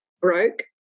broke